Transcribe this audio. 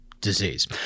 disease